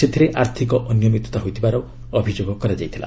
ସେଥିରେ ଆର୍ଥକ ଅନିୟମିତତା ହୋଇଥିବାର ଅଭିଯୋଗ କରାଯାଇଥିଲା